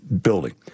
building